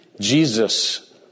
Jesus